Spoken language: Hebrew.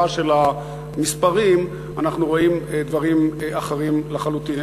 של המספרים אנחנו רואים דברים אחרים לחלוטין.